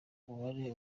mubare